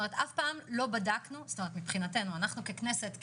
אנחנו ככנסת,